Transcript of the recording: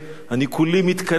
אני כולי מתקנא,